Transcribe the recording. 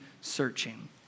searching